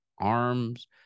arms